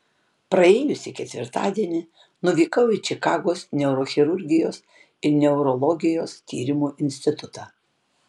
praėjusį ketvirtadienį nuvykau į čikagos neurochirurgijos ir neurologijos tyrimų institutą